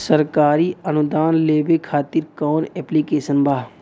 सरकारी अनुदान लेबे खातिर कवन ऐप्लिकेशन बा?